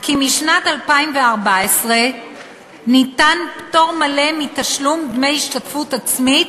כי משנת 2014 ניתן פטור מלא מתשלום דמי השתתפות עצמית